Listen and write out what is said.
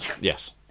Yes